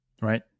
Right